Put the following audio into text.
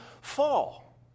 fall